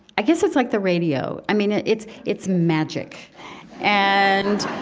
i guess it's like the radio. i mean, ah it's it's magic and